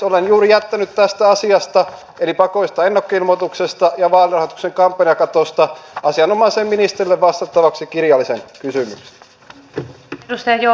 olen juuri jättänyt tästä asiasta eli pakollisesta ennakkoilmoituksesta ja vaalirahoituksen kampanjakatosta asianomaiselle ministerille vastattavaksi kirjallisen kysymyksen